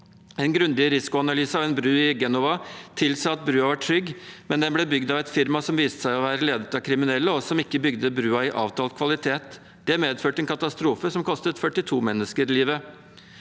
En grundig risikoanalyse av en bru i Genova tilsa at brua var trygg, men den ble bygd av et firma som viste seg å være ledet av kriminelle, og som ikke bygde brua i avtalt kvalitet. Det medførte en katastrofe som kostet 42 mennesker livet.